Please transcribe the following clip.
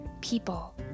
people